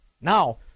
Now